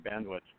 bandwidth